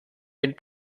den